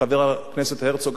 חבר הכנסת הרצוג,